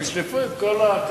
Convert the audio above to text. הם ישלפו את כל הקטנועים,